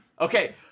okay